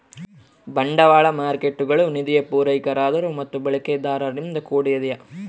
ಬಂಡವಾಳ ಮಾರ್ಕೇಟ್ಗುಳು ನಿಧಿಯ ಪೂರೈಕೆದಾರರು ಮತ್ತು ಬಳಕೆದಾರರಿಂದ ಕೂಡ್ಯದ